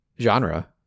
genre